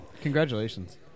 Congratulations